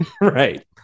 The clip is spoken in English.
Right